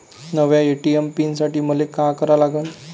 नव्या ATM pin साठी मले का करा लागन?